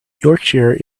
yorkshire